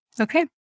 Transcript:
Okay